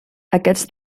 aquests